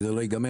וזה לא ייגמר.